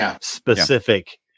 specific